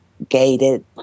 gated